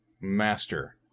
Master